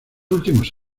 últimos